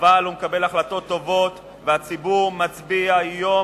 אבל הוא מקבל החלטות טובות והציבור מצביע יום